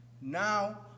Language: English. Now